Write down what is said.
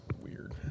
weird